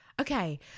Okay